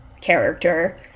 character